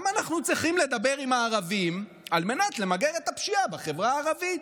למה אנחנו צריכים לדבר עם הערבים על מנת למגר את הפשיעה בחברה הערבית?